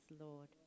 Lord